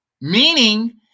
Meaning